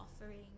offering